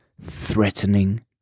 threatening